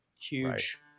Huge